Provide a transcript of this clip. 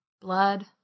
blood